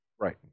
Right